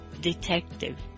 Detective